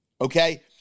Okay